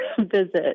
visit